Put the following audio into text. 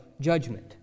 judgment